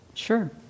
Sure